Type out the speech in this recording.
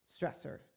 stressor